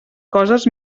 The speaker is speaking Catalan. coses